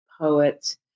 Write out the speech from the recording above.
poet